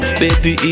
baby